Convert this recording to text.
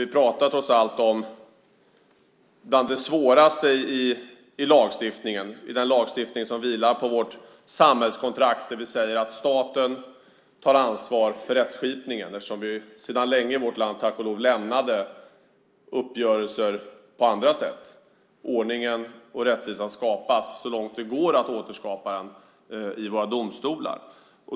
Vi pratar trots allt om något av det svåraste i den lagstiftning som vilar på vårt samhällskontrakt, det vill säga på att staten tar ansvar för rättskipningen. Tack och lov är det länge sedan vi i vårt land lämnade ordningen med uppgörelser på andra sätt. Ordning och rättvisa återskapas, så långt det går att återskapa dessa, i våra domstolar.